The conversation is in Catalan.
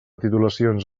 titulacions